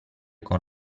con